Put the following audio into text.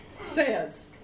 says